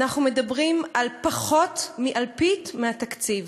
אנחנו מדברים על פחות מאלפית מהתקציב,